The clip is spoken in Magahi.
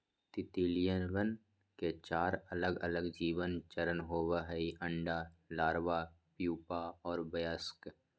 तितलियवन के चार अलगअलग जीवन चरण होबा हई अंडा, लार्वा, प्यूपा और वयस्क